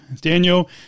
Daniel